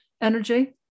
energy